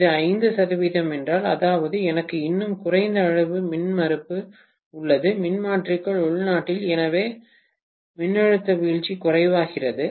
இது 5 சதவிகிதம் என்றால் அதாவது எனக்கு இன்னும் குறைந்த அளவு மின்மறுப்பு உள்ளது மின்மாற்றிக்குள் உள்நாட்டில் எனவே மின்னழுத்த வீழ்ச்சி குறைவாகிறது